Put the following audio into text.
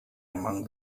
among